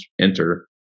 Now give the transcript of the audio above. enter